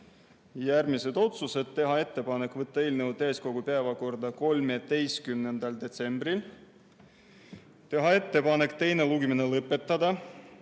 järgmised otsused: teha ettepanek võtta eelnõu täiskogu päevakorda 13. detsembriks, teha ettepanek teine lugemine lõpetada